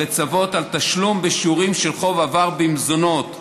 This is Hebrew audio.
לצוות על תשלום בשיעורים של חוב עבר במזונות,